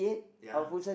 ya